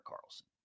Carlson